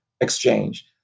exchange